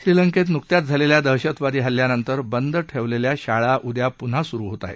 श्रीलंकेत नुकत्याच झालेल्या दहशतवादी हल्ल्यानंतर बंद ठेवण्यात आलेल्या शाळा उद्या पुन्हा सुरु होत आहेत